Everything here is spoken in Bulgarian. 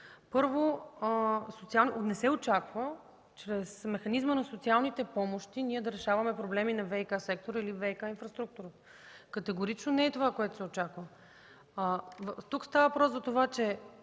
Първо, не се очаква чрез механизма на социалните помощи ние да решаваме проблеми на ВиК сектора и на ВиК инфраструктурата. Категорично не е това, което се очаква. Тук става въпрос, че